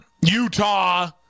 Utah